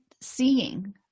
seeing